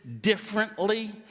differently